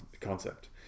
concept